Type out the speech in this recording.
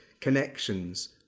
connections